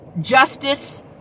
justice